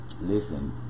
listen